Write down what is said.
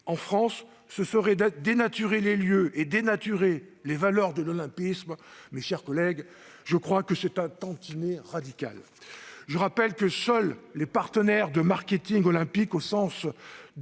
un événement tel que les Jeux, ce serait dénaturer les valeurs de l'olympisme, mes chers collègues, je crois que c'est un tantinet radical. Je rappelle que seuls les partenaires de marketing olympique, au sens